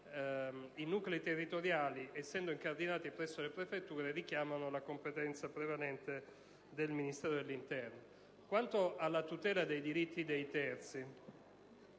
quegli stessi nuclei, essendo incardinati presso le prefetture, richiamano la competenza prevalente del Ministero dell'interno. Quanto alla tutela dei diritti dei terzi,